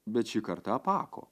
bet šį kartą apako